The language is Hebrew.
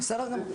אוקיי.